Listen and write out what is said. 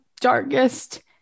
darkest